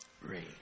Rain